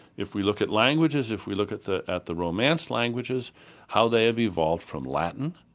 if we look at languages, if we look at the at the romance languages how they have evolved from latin,